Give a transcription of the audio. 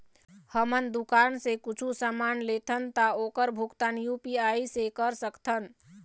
हमन दुकान से कुछू समान लेथन ता ओकर भुगतान यू.पी.आई से कर सकथन?